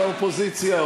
באופוזיציה,